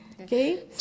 Okay